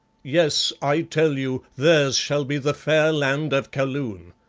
yes, i tell you, theirs shall be the fair land of kaloon.